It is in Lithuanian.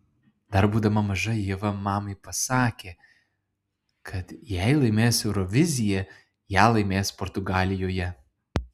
dar būdama maža ieva mamai pasakė kad jei laimės euroviziją ją laimės portugalijoje